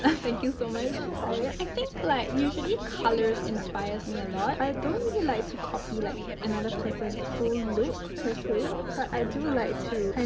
ah thank you so much, sae. i think, like, usually colors inspires me a lot. i don't really like to copy, like, another person's full look, per se. but i do like to, kind